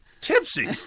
tipsy